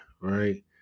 right